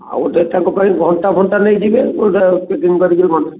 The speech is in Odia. ଆଉ ଗୋଟେ ତାଙ୍କ ପାଇଁ ଘଣ୍ଟା ଫଣ୍ଟା ନେଇଯିବେ ମୁଁ ସେ ଫିଟିଙ୍ଗ୍ କରିକିରି